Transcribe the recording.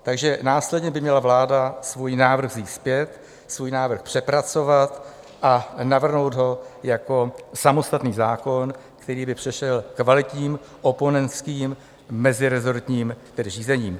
Takže následně by měla vláda svůj návrh vzít zpět, svůj návrh přepracovat a navrhnout ho jako samostatný zákon, který by prošel kvalitním oponentským meziresortním řízením.